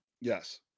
Yes